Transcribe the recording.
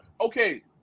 okay